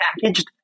packaged